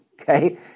Okay